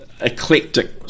eclectic